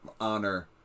honor